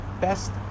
best